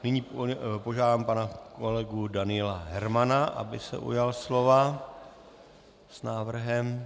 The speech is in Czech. Nyní požádám pana kolegu Daniela Hermana, aby se ujal slova s návrhem.